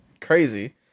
crazy